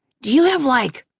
do you have, like,